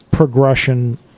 Progression